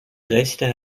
rechte